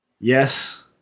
Yes